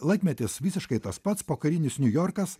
laikmetis visiškai tas pats pokarinis niujorkas